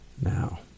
now